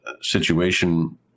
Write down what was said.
situation